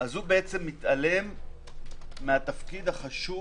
הוא מתעלם בעצם מהתפקיד החשוב